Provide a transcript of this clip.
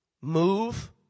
Move